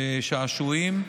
לשעשועים,